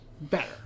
better